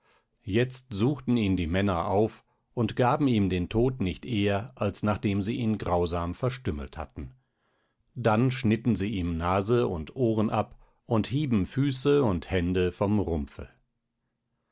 jetzt suchten ihn die männer auf und gaben ihm den tod nicht eher als nachdem sie ihn grausam verstümmelt hatten denn sie schnitten ihm nase und ohren ab und hieben füße und hände vom rumpfe